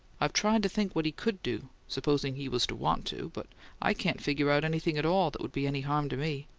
i've tried to think what he could do supposing he was to want to but i can't figure out anything at all that would be any harm to me.